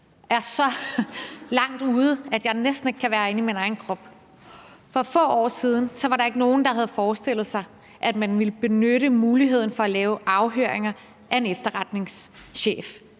er så langt ude, at jeg næsten ikke kan være inde i min egen krop. For få år siden var der ikke nogen, der havde forestillet sig, at man ville benytte muligheden for at lave afhøringer af en efterretningschef,